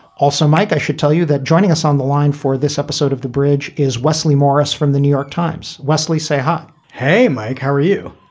also, mike, i should tell you that joining us on the line for this episode of the bridge is wesley morris from the new york times. wesley, say hi. hey, mike, how are you?